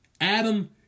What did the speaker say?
Adam